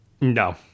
No